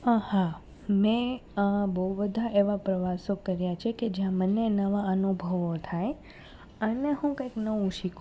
હા હા મેં બહુ બધા એવા પ્રવાસો કર્યા છે કે જ્યાં મને નવા અનુભવો થાય અને હું કાંઇક નવું શીખું